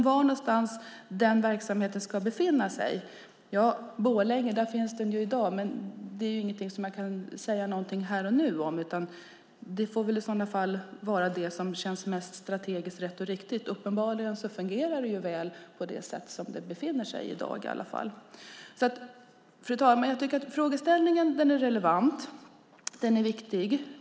Var verksamheten sedan ska ligga är en annan fråga. Den finns i Borlänge i dag, men jag kan inte säga något om detta här och nu. Man får väl placera den där det känns strategiskt riktigt. Uppenbarligen fungerar det väl där den finns i dag. Fru talman! Jag tycker att frågeställningen är relevant. Den är viktig.